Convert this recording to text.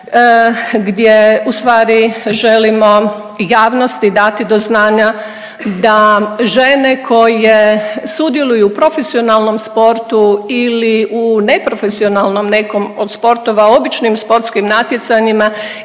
gdje ustvari želimo javnosti dati do znanja da žene koje sudjeluju u profesionalnom sportu ili u neprofesionalnom nekom od sportova u običnim sportskim natjecanjima